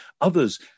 others